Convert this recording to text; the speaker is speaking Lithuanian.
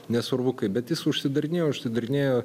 nesvarbu kaip bet jis užsidarinėjo užsidarinėjo